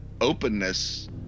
openness